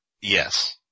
Yes